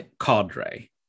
cadre